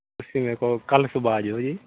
ਤੁਸੀਂ ਮੇਰੇ ਕੋਲ ਕੱਲ੍ਹ ਸੁਬਾਹ ਆ ਜਿਓ ਜੀ